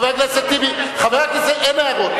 חבר הכנסת טיבי, חבר הכנסת טיבי, אין הערות.